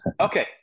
okay